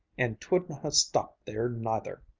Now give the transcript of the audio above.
and twouldn't ha stopped there, neither!